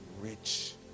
rich